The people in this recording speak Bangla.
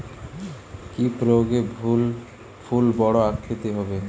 কি প্রয়োগে ফুল বড় আকৃতি হবে?